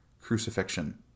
crucifixion